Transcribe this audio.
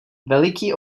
veliký